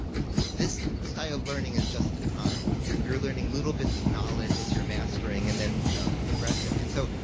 this style of learning is just in time. you're you're learning little bits of knowledge as you're mastering, and then progressing. and so,